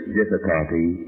difficulty